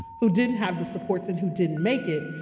who didn't have the supports and who didn't make it.